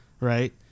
right